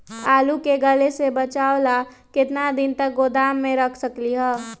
आलू के गले से बचाबे ला कितना दिन तक गोदाम में रख सकली ह?